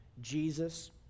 Jesus